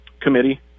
committee